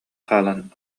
хаалан